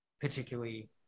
particularly